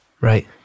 Right